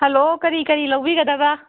hello ꯀꯔꯤ ꯀꯔꯤ ꯂꯧꯕꯤꯒꯗꯕ